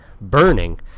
burning